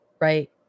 right